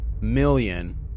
million